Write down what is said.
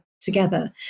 together